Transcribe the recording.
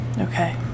Okay